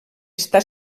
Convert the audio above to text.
està